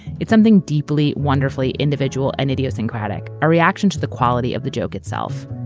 it's something deeply, wonderfully individual and idiosyncratic, a reaction to the quality of the joke itself.